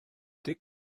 dic